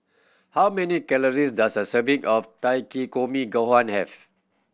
how many calories does a serving of Takikomi Gohan have